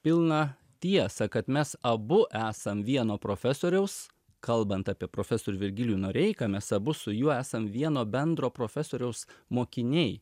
pilną tiesą kad mes abu esam vieno profesoriaus kalbant apie profesorių virgilijų noreiką mes abu su juo esam vieno bendro profesoriaus mokiniai